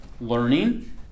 learning